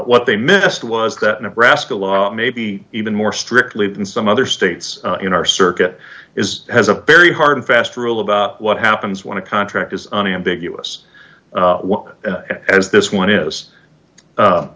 what they missed was that nebraska law and maybe even more strictly in some other states in our circuit is has a very hard and fast rule about what happens when a contract is unambiguous as this one is